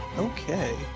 Okay